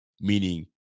meaning